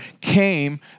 came